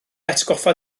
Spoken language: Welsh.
atgoffa